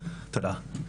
תודה.